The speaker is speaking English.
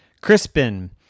Crispin